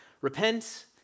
Repent